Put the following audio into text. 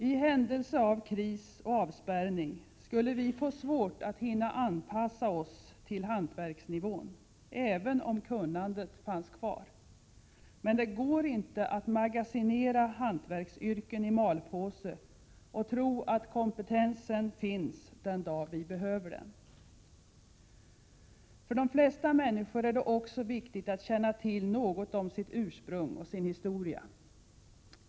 I händelse av kris och avspärrning skulle vi få svårt att hinna anpassa oss till hantverksnivån, även om kunnandet fanns kvar. Men det går inte att magasinera hantverksyrken i malpåse och tro att kompetensen finns den dag vi behöver den. För de flesta människor är det också viktigt att känna till något om sitt ursprung och sin historia.